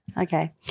Okay